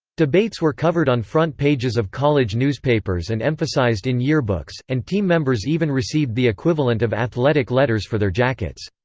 debates were covered on front pages of college newspapers and emphasized in yearbooks, and team members even received the equivalent of athletic letters for their jackets.